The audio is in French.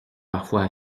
parfois